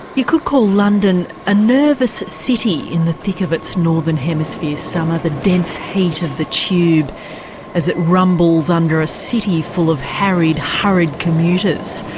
you could call london a nervous city in the thick of its northern hemisphere summer the dense heat of the tube as it rumbles under a city full of harried, hurried commuters.